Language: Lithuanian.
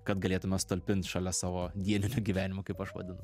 kad galėtume sutalpinti šalia savo dieninio gyvenimo kaip aš vadinu